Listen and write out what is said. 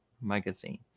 Magazine